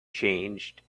changed